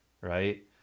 right